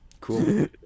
Cool